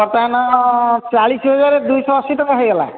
ବର୍ତ୍ତମାନ ଚାଳିଶ ହଜାର ଦୁଇଶହ ଅଶି ଟଙ୍କା ହୋଇଗଲା